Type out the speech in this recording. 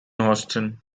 houston